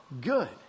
good